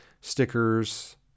stickers